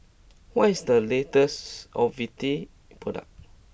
what is the latest O V T product